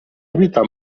evitar